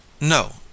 no